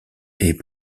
est